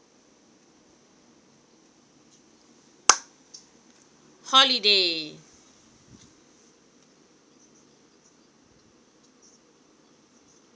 holiday